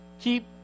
keep